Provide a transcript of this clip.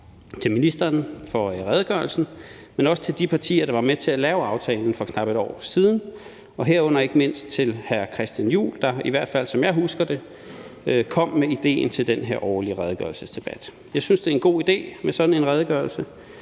til ministeren for redegørelsen og også til de partier, der var med til at lave aftalen for knap et år siden, herunder ikke mindst til hr. Christian Juhl, der, i hvert fald som jeg husker det, kom med idéen til den her årlige redegørelsesdebat. Jeg synes, det er en god idé med sådan en redegørelse.